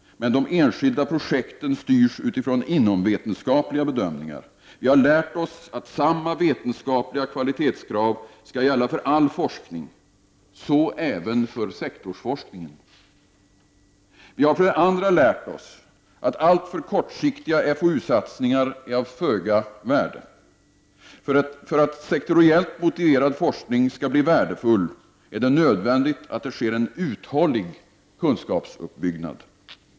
Men de enskilda projekten styrs utifrån inomvetenskapliga bedömningar. Vi har lärt oss att samma vetenskapliga kvalitetskrav skall gälla för all forskning, så även för sektorsforskningen. Vi har för det andra lärt oss att alltför kortsiktiga FoU-satsningar är av föga värde. För att sektoriellt motiverad forskning skall bli värdefull är det nödvändigt att det sker en uthållig kunskapsuppbyggnad.